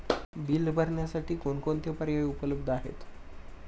Bill भरण्यासाठी कोणकोणते पर्याय उपलब्ध आहेत?